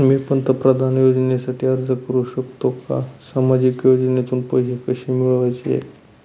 मी पंतप्रधान योजनेसाठी अर्ज करु शकतो का? सामाजिक योजनेतून पैसे कसे मिळवायचे